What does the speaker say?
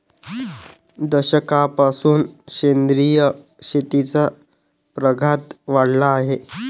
दशकापासून सेंद्रिय शेतीचा प्रघात वाढला आहे